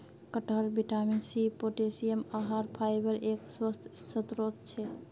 कटहल vitamin C, potassium, आहार फाइबरेर एक स्वस्थ स्रोत छे